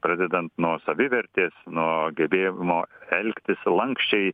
pradedant nuo savivertės nuo gebėjimo elgtis lanksčiai